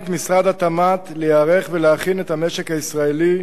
את משרד התמ"ת להיערך ולהכין את המשק הישראלי